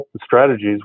strategies